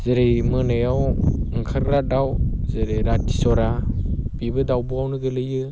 जेरै मोनायाव ओंखारग्रा दाउ जेरै राथिसरा बेबो दावब'आवनो गोलैयो